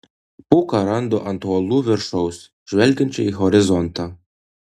puką randu ant uolų viršaus žvelgiančią į horizontą